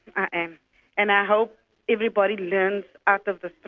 and and i hope everybody learns out of this but